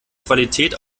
qualität